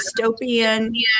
dystopian